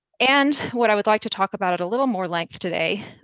and what i would like to talk about at a little more length today,